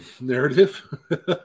narrative